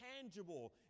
tangible